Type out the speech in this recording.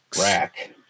rack